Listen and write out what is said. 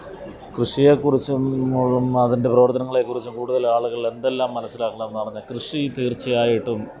കൃഷിയെക്കുറിച്ചും മുഴും അതിന്റെ പ്രവര്ത്തനങ്ങളെക്കുറിച്ചും കൂടുതൽ ആളുകള് എന്തെല്ലാം മനസ്സിലാക്കണമെന്ന് പറഞ്ഞാൽ കൃഷി തീര്ച്ചയായിട്ടും